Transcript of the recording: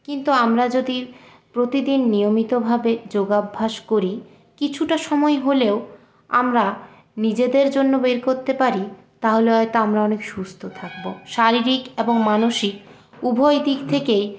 কিন্তু আমরা যদি প্রতিদিন নিয়মিতভাবে যোগাভ্যাস করি কিছুটা সময় হলেও আমরা নিজেদের জন্য বের করতে পারি তাহলে হয়তো আমরা অনেক সুস্থ থাকব শারীরিক এবং মানসিক উভয় দিক থেকেই